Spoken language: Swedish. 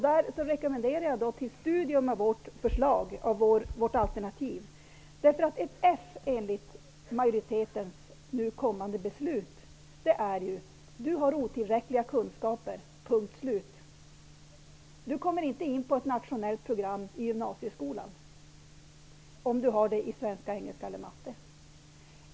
Jag rekommenderar vårt alternativ till studium. Ett F enligt majoritetens nu kommande beslut betyder: Du har otillräckliga kunskaper -- punkt och slut. Det innebär: Du kommer inte in på ett nationellt program i gymnasieskolan, om du har det i svenska, engelska eller matte.